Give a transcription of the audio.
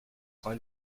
train